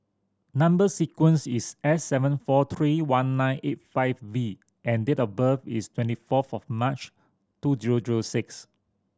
number sequence is S seven four three one nine eight five V and date of birth is twenty fourth of March two zero zero six